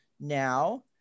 now